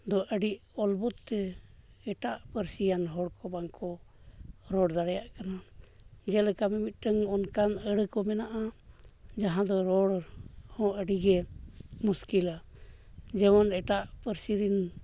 ᱫᱚ ᱟᱹᱰᱤ ᱚᱞᱜᱚᱥᱛᱮ ᱮᱴᱟᱜ ᱯᱟᱹᱨᱥᱤᱭᱟᱱ ᱦᱚᱲ ᱠᱚ ᱵᱟᱝᱠᱚ ᱨᱚᱲ ᱫᱟᱲᱮᱭᱟᱜ ᱠᱟᱱᱟ ᱡᱮᱞᱮᱠᱟ ᱢᱤᱼᱢᱤᱫᱴᱟᱝ ᱚᱱᱠᱟᱱ ᱟᱹᱲᱟᱹ ᱠᱚ ᱢᱮᱱᱟᱜᱼᱟ ᱡᱟᱦᱟᱸ ᱫᱚ ᱨᱚᱲ ᱦᱚᱸ ᱟᱹᱰᱤᱜᱮ ᱢᱩᱥᱠᱤᱞᱟ ᱡᱮᱢᱚᱱ ᱮᱴᱟᱜ ᱯᱟᱹᱨᱥᱤ ᱨᱮᱱ